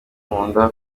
nkunda